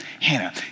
Hannah